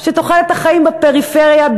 שתוחלת החיים בפריפריה,